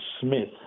Smith